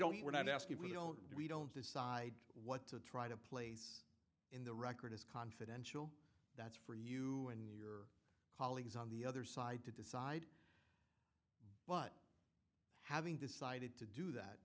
don't we're not ask if we don't we don't decide what to try to place in the record is confidential that's for you and your colleagues on the other side to decide but having decided to do that